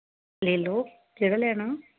लेई लैओ केह्ड़ा लैना